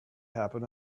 happen